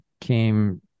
came